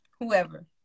whoever